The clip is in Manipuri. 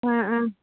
ꯑꯥ ꯑꯥ